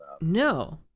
No